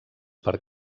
per